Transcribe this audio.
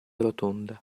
rotonda